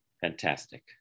Fantastic